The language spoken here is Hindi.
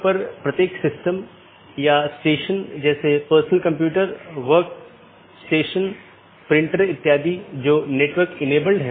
यह प्रत्येक सहकर्मी BGP EBGP साथियों में उपलब्ध होना चाहिए कि ये EBGP सहकर्मी आमतौर पर एक सीधे जुड़े हुए नेटवर्क को साझा करते हैं